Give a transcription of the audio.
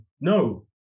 no